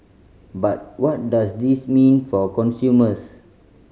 but what does this mean for consumers